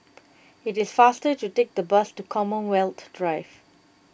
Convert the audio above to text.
it is faster to take the bus to Commonwealth Drive